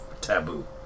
taboo